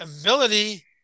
ability